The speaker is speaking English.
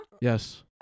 Yes